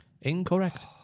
Incorrect